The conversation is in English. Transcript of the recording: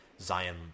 Zion